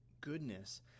goodness